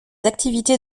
activités